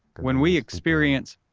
when we experience,